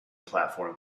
platform